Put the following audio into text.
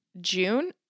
june